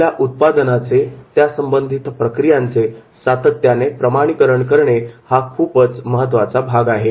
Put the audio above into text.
आपल्या उत्पादनाचे त्यासंबंधित प्रक्रियांचे सातत्याने प्रमाणीकरण करणे हा खूपच महत्त्वाचा भाग आहे